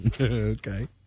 Okay